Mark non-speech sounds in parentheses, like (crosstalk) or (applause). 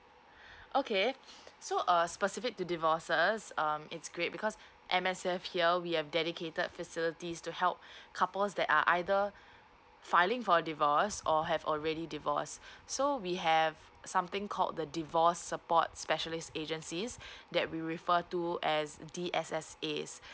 okay (breath) so err specific to divorces um it's great because M_S_F here we have dedicated facilities to help (breath) couples that are either filing for divorce or have already divorced (breath) so we have something called the divorce support specialist agencies (breath) that we refer to as D_S_S_As